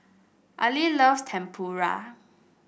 Eli loves Tempura